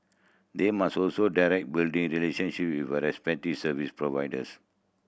they must also direct relationship with service providers